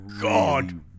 God